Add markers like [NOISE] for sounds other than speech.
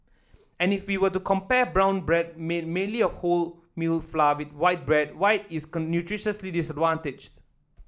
any if we were to compare brown bread made mainly of wholemeal flour with white bread white is [UNINTELLIGIBLE] nutritionally disadvantaged